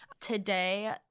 today